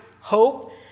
hope